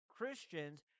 Christians